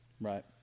right